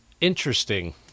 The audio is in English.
interesting